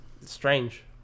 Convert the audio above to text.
strange